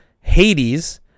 hades